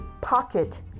Pocket